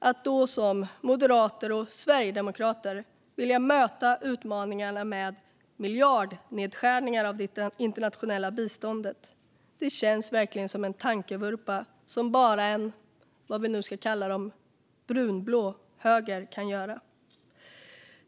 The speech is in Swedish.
Att då som moderater och sverigedemokrater vilja möta utmaningarna med miljardnedskärningar av det internationella biståndet känns verkligen som en tankevurpa som bara en - vad vi nu ska kalla dem - brunblå höger kan göra.